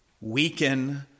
weaken